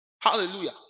hallelujah